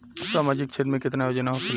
सामाजिक क्षेत्र में केतना योजना होखेला?